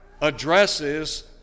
addresses